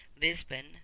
Lisbon